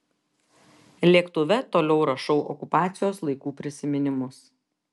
lėktuve toliau rašau okupacijos laikų prisiminimus